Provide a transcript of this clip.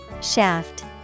Shaft